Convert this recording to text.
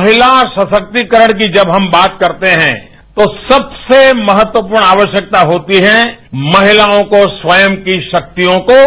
महिला सशक्तिकरण की जब हम बात करते हैं तो सबसे महत्वपूर्ण आवश्यकता होती है महिलाओं को स्वयं की शक्तियों को